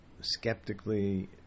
skeptically